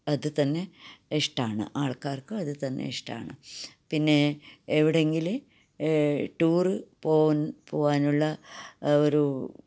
അത് തന്നെ ഇഷ്ടമാണ് ആൾക്കാർക്ക് അതുതന്നെ ഇഷ്ടമാണ് പിന്നേ എവിടെയെങ്കില് ടൂറ് പോവ് പോകാനുള്ള ഒരു